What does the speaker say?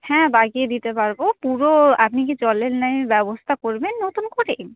হ্যাঁ বাড়ি গিয়ে দিতে পারবো পুরো আপনি কি জলের লাইনের ব্যবস্থা করবেন নতুন করে